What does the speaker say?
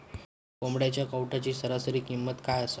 कोंबड्यांच्या कावटाची सरासरी किंमत काय असा?